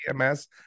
EMS